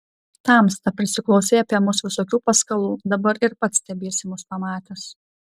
tamsta prisiklausei apie mus visokių paskalų dabar ir pats stebiesi mus pamatęs